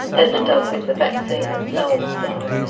as it does with the vaccine itself. so,